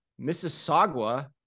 Mississauga